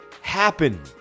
happen